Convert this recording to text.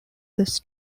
this